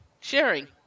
Sharing